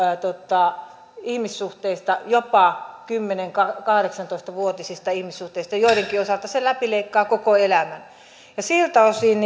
ihmissuhteista jopa kymmenen viiva kahdeksantoista vuotisista ihmissuhteista joidenkin osalta se läpileikkaa koko elämän siltä osin